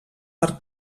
per